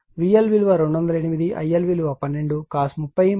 కాబట్టి ఇది P2 VL విలువ 208 IL విలువ 12cos 30 36